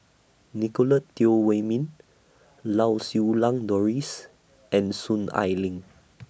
Nicolette Teo Wei Min Lau Siew Lang Doris and Soon Ai Ling